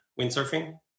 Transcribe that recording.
windsurfing